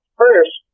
first